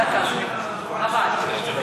דקה, הבהרה.